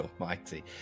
almighty